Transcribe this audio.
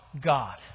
God